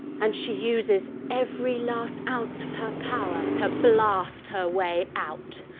and she uses every last ounce of her power to blast her way out.